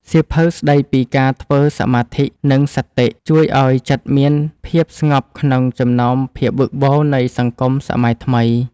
សៀវភៅស្ដីពីការធ្វើសមាធិ និងសតិ ជួយឱ្យចិត្តមានភាពស្ងប់ក្នុងចំណោមភាពវឹកវរនៃសង្គមសម័យថ្មី។